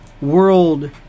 world